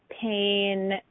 pain